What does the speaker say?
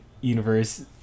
universe